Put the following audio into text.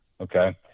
Okay